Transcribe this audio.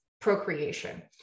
procreation